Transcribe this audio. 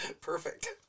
perfect